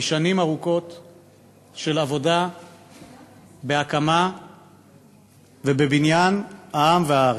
משנים ארוכות של עבודה בהקמה ובבניין של העם והארץ.